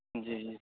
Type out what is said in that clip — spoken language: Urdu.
جی جی